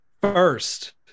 First